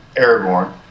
aragorn